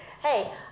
hey